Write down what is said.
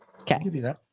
Okay